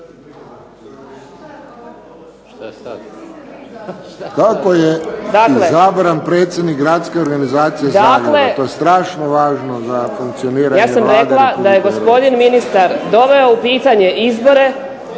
Kako je izabran predsjednik Gradske organizacije Zagreba. To je strašno važno za funkcioniranje Vlade.